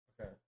Okay